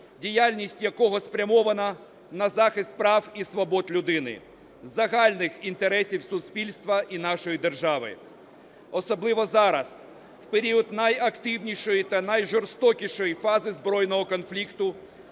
діяльність якого спрямована на захист прав і свобод людини, загальних інтересів суспільства і нашої держави. Особливо зараз, в період найактивнішої та найжорстокішої фази збройного конфлікту,